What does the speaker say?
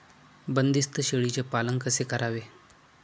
बंदिस्त शेळीचे पालन कसे करावे?